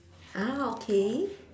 ah okay